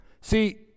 See